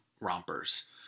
rompers